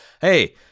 Hey